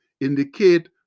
indicate